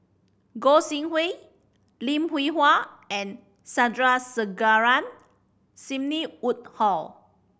Gog Sing Hooi Lim Hwee Hua and Sandrasegaran Sidney Woodhull